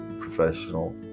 professional